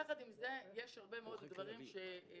יחד עם זה, יש הרבה דברים שאני